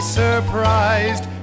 surprised